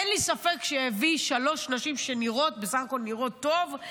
אין לי ספק שהביא שלוש נשים שנראות בסך הכול טוב,